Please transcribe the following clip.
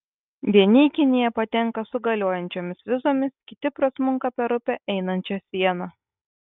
vieni į kiniją patenka su galiojančiomis vizomis kiti prasmunka per upę einančią sieną